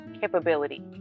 capability